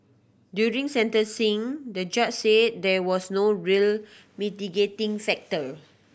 during sentencing the judge said there was no real mitigating factor